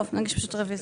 טוב, אני מבקשת רביזיה.